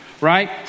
right